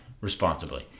responsibly